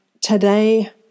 today